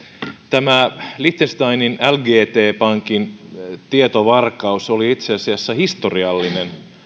tämä liechtensteinin lgt pankin tietovarkaus oli itse asiassa historiallinen